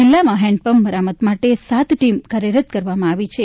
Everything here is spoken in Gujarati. જિલ્લા માં હેન્ડંપંપ મરામત માટે સાત ટીમ કાર્યરત કરવામાં આવી છે